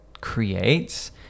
creates